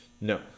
No